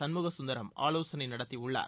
சண்முக சுந்தரம் ஆலோசனை நடத்தியுள்ளார்